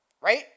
Right